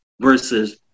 versus